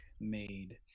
made